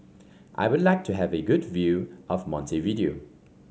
I would like to have a good view of Montevideo